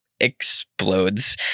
explodes